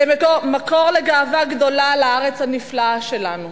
אתם מקור לגאווה גדולה לארץ הנפלאה שלנו.